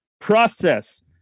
process